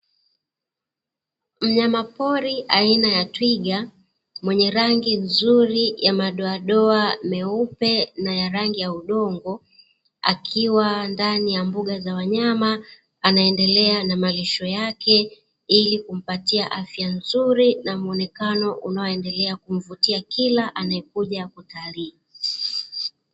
Mnyama pori aina ya twiga mwenye rangi nzuri ya madoadoa meupe na ya rangi ya udongo, akiwa ndani ya mbuga za wanyama anaendelea na malisho yake ili kumpatia afya nzuri, na muonekano unaoendelea kumvutia kila anayekuja kutalii.